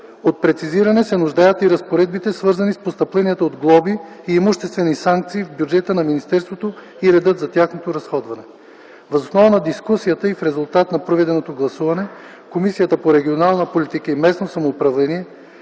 От прецизиране се нуждаят и разпоредбите, свързани с постъпленията от глоби и имуществени санкции в бюджета на министерството и реда за тяхното разходване. Въз основа на дискусията и в резултат на проведеното гласуване, Комисията по регионална политика и местно самоуправление